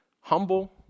humble